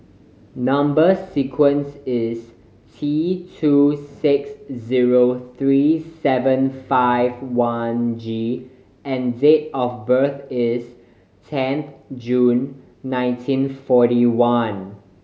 number sequence is T two six zero three seven five one G and date of birth is ten June nineteen forty one